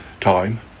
time